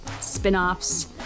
spin-offs